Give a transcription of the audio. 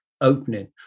opening